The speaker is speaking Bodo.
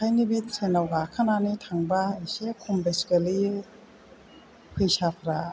बेखायनो बे ट्रेनाव गाखोनानै थांबा एसे खम बेसेन गोलैयो फैसाफ्रा